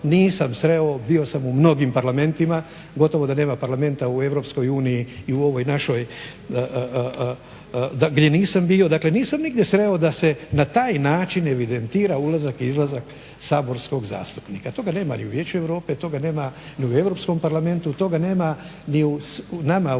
nisam sreo. Bio sam u mnogim parlamentima. Gotovo da nema Parlamenta u Europskoj uniji i u ovoj našoj gdje nisam bio. Dakle, nisam nigdje sreo da se na taj način evidentira ulazak i izlazak saborskog zastupnika. Toga nema ni u Vijeću Europe, toga nema ni u Europskom parlamentu, toga nema ni nama u